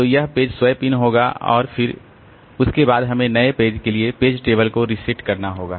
तो यह page swap in होगा और फिर उसके बाद हमें नए पेज के लिए पेज टेबल को रीसेट करना होगा